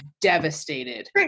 devastated